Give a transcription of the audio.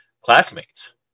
classmates